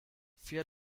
fear